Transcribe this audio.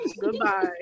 Goodbye